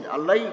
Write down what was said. Allah